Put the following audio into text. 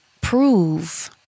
prove